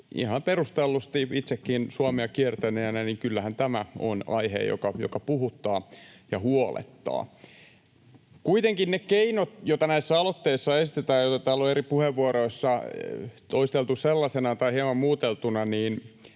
ihan perustellusti. Itsekin Suomea kiertäneenä tiedän, että kyllähän tämä on aihe, joka puhuttaa ja huolettaa. Kuitenkaan niille keinoille, joita näissä aloitteissa esitetään ja joita täällä on eri puheenvuoroissa toisteltu sellaisenaan tai hieman muuteltuna, en